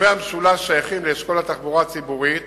יישובי המשולש שייכים לאשכול התחבורה הציבורית